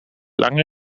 lange